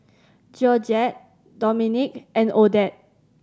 Georgette Dominque and Odette